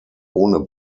ohne